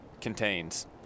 contains